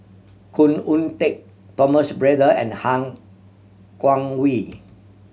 Khoo Oon Teik Thomas Braddell and Han Guangwei